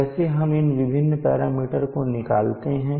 कैसे हम इन विभिन्न पैरामीटर को निकालते हैं